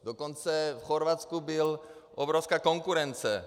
Dokonce v Chorvatsku byla obrovská konkurence.